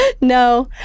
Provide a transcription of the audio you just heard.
No